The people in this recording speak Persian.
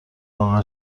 لاغر